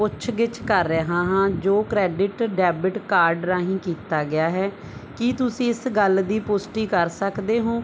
ਪੁੱਛ ਗਿੱਛ ਕਰ ਰਿਹਾ ਹਾਂ ਜੋ ਕ੍ਰੈਡਿਟ ਡੈਬਿਟ ਕਾਰਡ ਰਾਹੀਂ ਕੀਤਾ ਗਿਆ ਹੈ ਕੀ ਤੁਸੀਂ ਇਸ ਗੱਲ ਦੀ ਪੁਸ਼ਟੀ ਕਰ ਸਕਦੇ ਹੋ